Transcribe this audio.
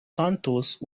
santos